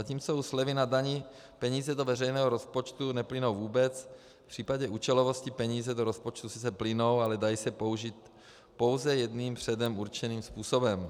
Zatímco u slevy na dani peníze do veřejného rozpočtu neplynou vůbec, v případě účelovosti peníze do rozpočtu sice plynou, ale dají se použít pouze jedním předem určeným způsobem.